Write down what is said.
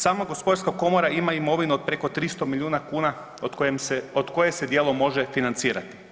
Sama Gospodarska komora ima imovinu od preko 300 milijuna kuna od koje se dijelom može financirati.